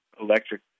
electric